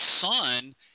son